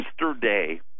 yesterday